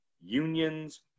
unions